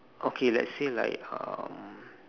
okay let's say like um